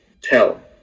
tell